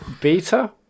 Beta